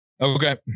Okay